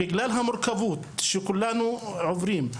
בגלל המורכבות שכולנו עוברים,